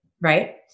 Right